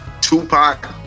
Tupac